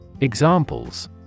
Examples